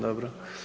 Dobro.